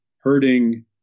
hurting